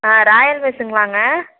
ஆ Royal மெஸ்ஸுங்களாங்க